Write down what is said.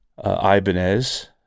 Ibanez